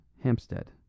Hampstead